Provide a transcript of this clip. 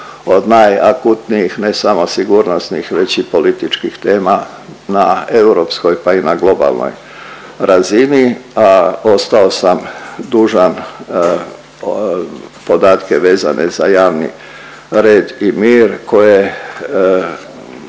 od najakutnijih, ne samo sigurnosnih, već i političkih tema na europskoj, pa i na globalnoj razini, a ostao sam dužan podatke vezane za javni red i mir koje